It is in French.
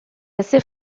assez